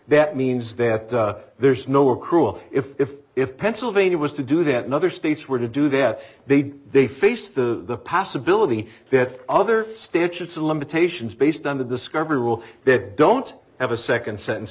that means that there's no accrual if if pennsylvania was to do that in other states were to do that they'd they face the possibility that other statutes of limitations based on the discovery rule that don't have a second s